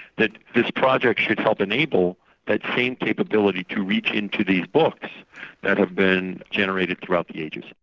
that this project should help enable that same capability to reach into these books that had been generated throughout the ages.